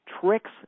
tricks